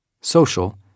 social